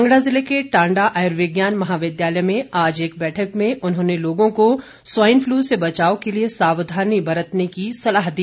कांगड़ा जिले के टांडा आयुर्विज्ञान महाविद्यालय में आज एक बैठक में उन्होंने लोगों को स्वाइन फ्लू से बचाव के लिए सावधानी बरतने की सलाह दी